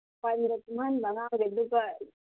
ꯑꯗꯨꯒ